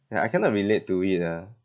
ya I cannot relate to it ah